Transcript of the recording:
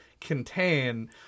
contain